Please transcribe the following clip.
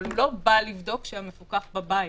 אבל הוא לא בא לבדוק שהמבודד בבית,